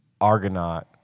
Argonaut